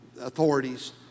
authorities